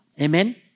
Amen